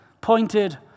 pointed